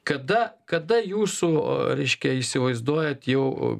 kada kada jūsų reiškia įsivaizduojat jau